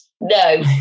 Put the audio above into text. No